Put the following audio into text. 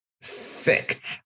sick